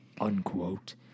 Unquote